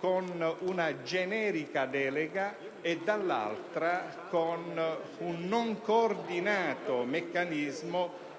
con una generica delega e, dall'altro, con un non coordinato meccanismo